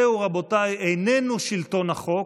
זה, רבותיי, איננו שלטון החוק,